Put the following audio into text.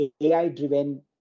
AI-driven